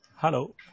Hello